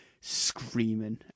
screaming